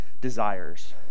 desires